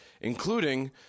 including